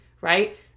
right